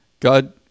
God